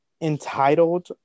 entitled